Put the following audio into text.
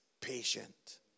patient